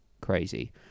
crazy